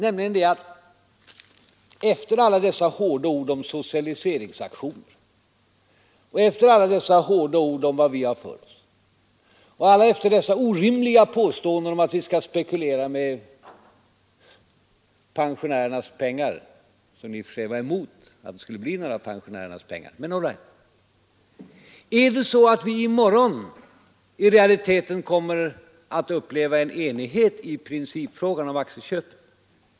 Kommer vi i morgon — efter alla dessa hårda ord om socialiseringsaktioner, efter alla dessa hårda ord om vad vi har för oss och efter dessa orimliga påståenden om att vi skall spekulera med pensionärernas pengar, pengar som ni i och för sig var emot att ge pensionärerna — i realiteten att uppnå enighet i principfrågan om aktieköp?